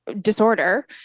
disorder